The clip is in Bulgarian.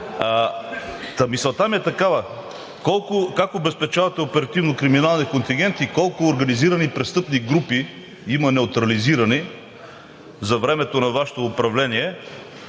Мисълта ми е такава: как обезпечавате оперативно-криминалния контингент и колко организирани престъпни групи има неутрализирани за времето на Вашето управление,